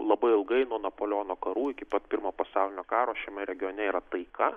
labai ilgai nuo napoleono karų iki pat pirmo pasaulinio karo šiame regione yra taika